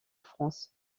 france